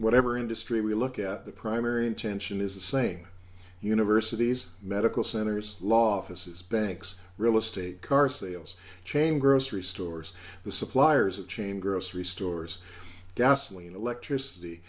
whatever industry we look at the primary intention is the same universities medical centers law offices banks real estate car sales chain grocery stores the suppliers of chain grocery stores gasoline electricity